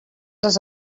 les